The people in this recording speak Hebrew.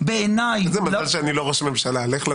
מותר לממשלה למשול.